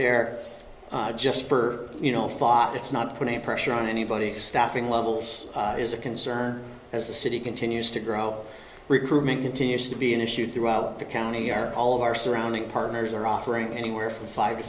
there just for you know fought it's not putting pressure on anybody staffing levels is a concern as the city continues to grow recruitment continues to be an issue throughout the county are all of our surrounding partners are offering anywhere from five to